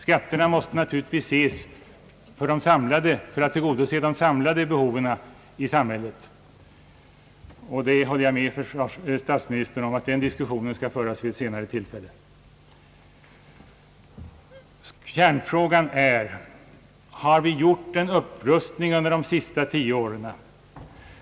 Skatterna måste naturligtvis tillgodose de samlade behoven i samhället, och jag håller med statsministern om att den diskussionen bör föras vid ett senare tillfälle. Kärnfrågan är: Har vi gjort en upprustning under de senaste tio åren?